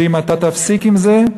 שאם אתה תפסיק עם זה,